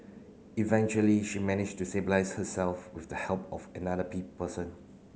eventually she managed to stabilise herself with the help of another person